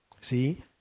See